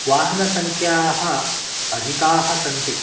वाहनसंख्याः अधिकाः सन्ति